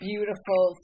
Beautiful